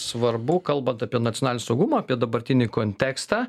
svarbu kalbant apie nacionalinį saugumą apie dabartinį kontekstą